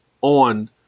on